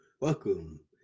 Welcome